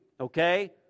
okay